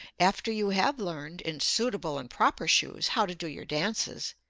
after you have learned, in suitable and proper shoes, how to do your dances,